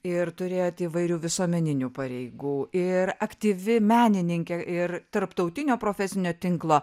ir turėjot įvairių visuomeninių pareigų ir aktyvi menininkė ir tarptautinio profesinio tinklo